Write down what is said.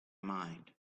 mind